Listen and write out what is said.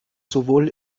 sowohl